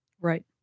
Right